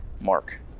Mark